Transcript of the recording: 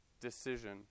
decision